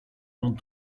dans